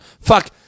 fuck